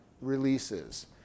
releases